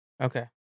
Okay